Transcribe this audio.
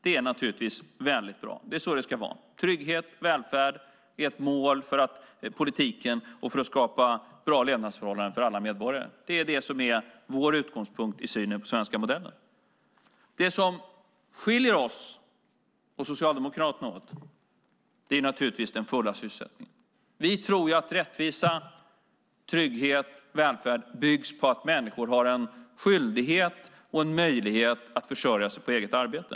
Det är naturligtvis väldigt bra. Det är så det ska vara. Trygghet och välfärd är ett mål för politiken och för att skapa bra levnadsförhållanden för alla medborgare. Det är det som är vår utgångspunkt i synen på den svenska modellen. Det som skiljer oss och Socialdemokraterna åt är naturligtvis den fulla sysselsättningen. Vi tror att rättvisa, trygghet och välfärd byggs på att människor har en skyldighet och en möjlighet att försörja sig på eget arbete.